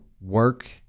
work